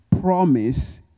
promise